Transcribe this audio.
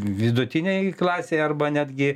vidutinei klasei arba netgi